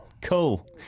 cool